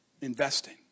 investing